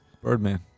Birdman